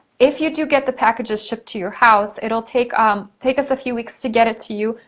if you do get the packages shipped to your house, it'll take um take us a few weeks to get it to you,